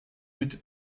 mit